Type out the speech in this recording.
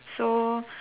so